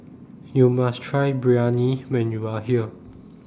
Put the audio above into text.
YOU must Try Biryani when YOU Are here